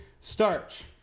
starch